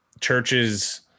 churches